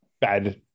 bad